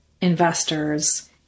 investors